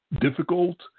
difficult